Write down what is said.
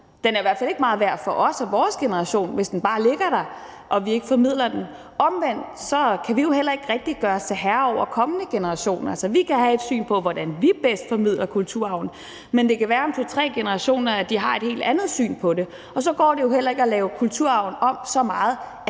Den er i hvert fald ikke meget værd for os og vores generation, hvis den bare ligger der og vi ikke formidler den. Omvendt kan vi jo heller ikke rigtig gøre os til herre over kommende generationer, så vi kan have et syn på, hvordan vi bedst formidler kulturarven, men det kan være, at de om to-tre generationer har et helt andet syn på det, og så går det jo heller ikke at lave kulturarven så meget